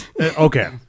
Okay